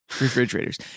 refrigerators